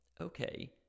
okay